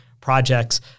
projects